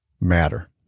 matter